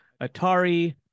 atari